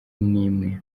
nimwe